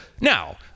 Now